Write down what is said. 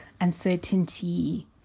uncertainty